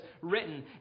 written